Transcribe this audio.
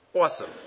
Awesome